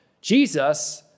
Jesus